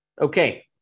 Okay